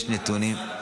יש נתונים.